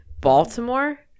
Baltimore